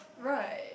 right